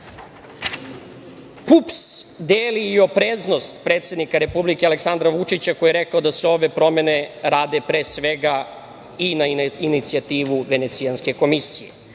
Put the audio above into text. PUPS deli i opreznost predsednika Republike Aleksandra Vučića, koji je rekao da se ove promene rade pre svega i na inicijativu Venecijanske komisije.